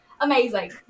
amazing